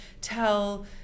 tell